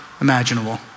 imaginable